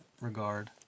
regard